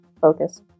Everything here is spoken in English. Focus